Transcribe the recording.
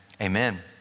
Amen